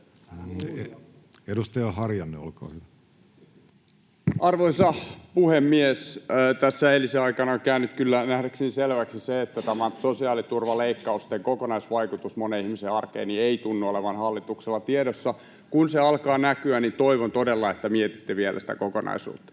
10:23 Content: Arvoisa puhemies! Tässä eilisen aikana on käynyt kyllä nähdäkseni selväksi, että sosiaaliturvaleikkausten kokonaisvaikutus monen ihmisen arkeen ei tunnu olevan hallituksella tiedossa. Kun se alkaa näkyä, niin toivon todella, että mietitte vielä sitä kokonaisuutta.